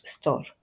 store